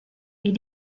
est